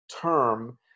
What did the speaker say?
term